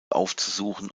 aufzusuchen